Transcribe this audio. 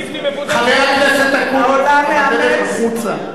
לבני מבודדת, חבר הכנסת אקוניס, אתה בדרך החוצה.